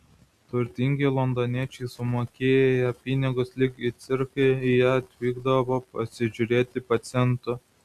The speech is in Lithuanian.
turtingi londoniečiai sumokėję pinigus lyg į cirką į ją atvykdavo pasižiūrėti pacientų